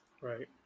right